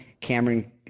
Cameron